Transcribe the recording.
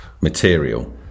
material